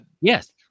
Yes